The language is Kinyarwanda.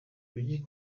kuri